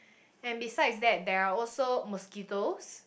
and besides that there are also mosquitoes